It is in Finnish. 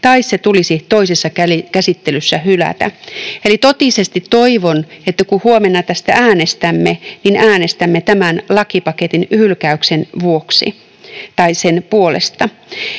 tai se tulisi toisessa käsittelyssä hylätä. Eli totisesti toivon, että kun huomenna tästä äänestämme, niin äänestämme tämän lakipaketin hylkäyksen puolesta.